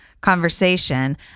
conversation